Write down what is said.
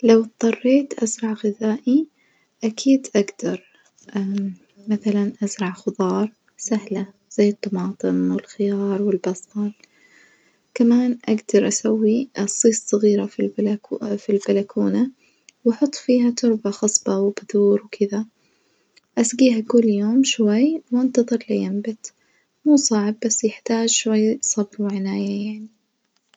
لو اضطريت أزرع غذائي أكيد أجدر، مثلًا أزرع خظار سهلة زي الطماطم والخيار والبصل، كمان أجدر أسوي إصيص صغيرة في البلكو في البلكونة وأحط فيها تربة خصبة وبذور وكدة، أسجيها كل يوم شوي وأنتظر لينبت، مو صعب بس يحتاج شوية صبر وعناية يعني.